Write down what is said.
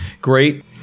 Great